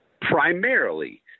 primarily